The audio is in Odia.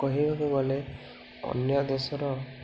କହିବାକୁ ଗଲେ ଅନ୍ୟ ଦେଶର